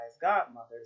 godmothers